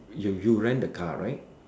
you you rent the car right